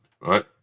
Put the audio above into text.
right